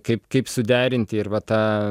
kaip kaip suderinti ir vat tą